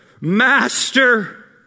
Master